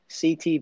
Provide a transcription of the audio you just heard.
CT